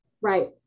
right